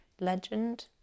Legend